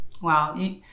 Wow